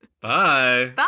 Bye